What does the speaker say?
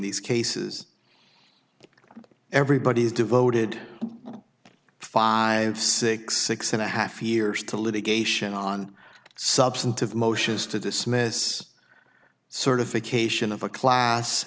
these cases everybody has devoted five six six and a half years to litigation on substantive motions to dismiss certification of a class